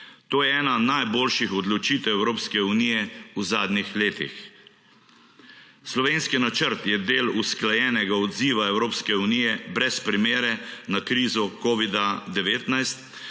To je ena najboljših odločitev Evropske unije v zadnjih letih. Slovenski načrt je del usklajenega odziva Evropske unije brez primere na krizo covida-19,